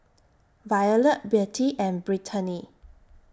Violette Bette and Brittanie